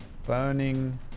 burning